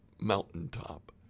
mountaintop